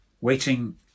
Waiting